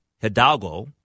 Hidalgo